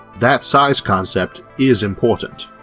that size concept is important.